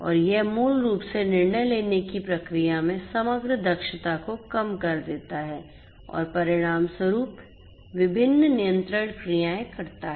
और यह मूल रूप से निर्णय लेने की प्रक्रिया में समग्र दक्षता को कम कर देता है और परिणामस्वरूप विभिन्न नियंत्रण क्रियाएं करता है